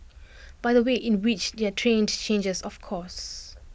but the way in which they're trained changes of course